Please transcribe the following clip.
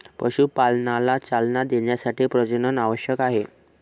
पशुपालनाला चालना देण्यासाठी प्रजनन आवश्यक आहे